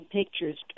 pictures